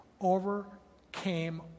overcame